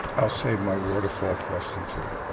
i'll save my waterfall question for